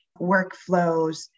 workflows